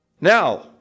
Now